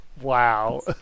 wow